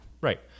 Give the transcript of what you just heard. Right